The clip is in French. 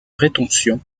rétention